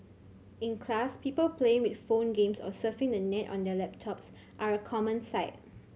in class people playing with phone games or surfing the net on their laptops are a common sight